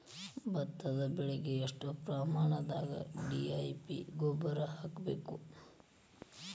ಭತ್ತದ ಬೆಳಿಗೆ ಎಷ್ಟ ಪ್ರಮಾಣದಾಗ ಡಿ.ಎ.ಪಿ ಗೊಬ್ಬರ ಹಾಕ್ಬೇಕ?